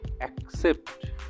accept